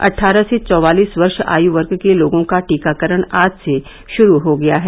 अट्ठारह से चौवालीस वर्ष की आयु वर्ग के लोगों का टीकाकरण आज से शुरू हो गया है